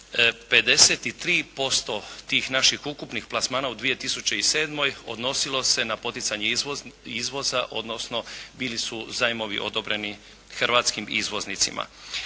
53% tih naših ukupnih plasmana u 2007. odnosilo se na poticanje izvoza, odnosno bili su zajmovi odobreni hrvatskim izvoznicima.